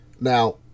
Now